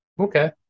Okay